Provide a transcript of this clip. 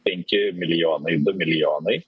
penki milijonai du milijonai